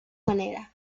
maneras